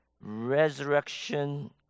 resurrection